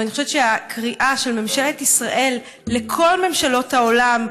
אני חושבת שהקריאה של ממשלת ישראל לכל ממשלות העולם,